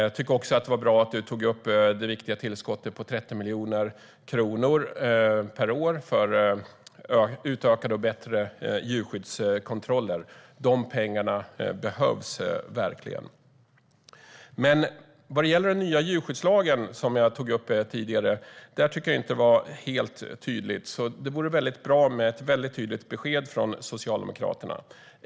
Jag tycker också att det var bra att Isak From tog upp det viktiga tillskottet på 30 miljoner kronor per år för utökade och bättre djurskyddskontroller. Dessa pengar behövs verkligen. Vad gäller den nya djurskyddslagen, som jag tog upp tidigare, tycker jag dock inte att det var helt tydligt, så det vore bra med ett tydligt besked från Socialdemokraterna.